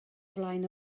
flaen